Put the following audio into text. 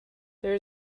there